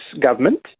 government